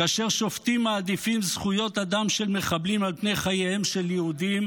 כאשר שופטים מעדיפים זכויות אדם של מחבלים על פני חייהם של יהודים,